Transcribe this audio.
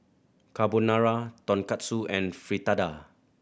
Carbonara Tonkatsu and Fritada